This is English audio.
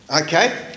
Okay